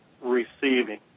receiving